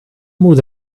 would